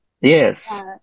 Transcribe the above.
yes